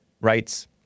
rights